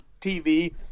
tv